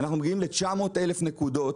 אנחנו מגיעים ל-900,000 נקודות,